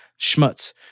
Schmutz